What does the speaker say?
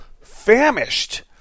famished